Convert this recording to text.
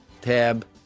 tab